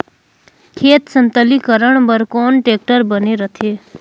खेत समतलीकरण बर कौन टेक्टर बने रथे?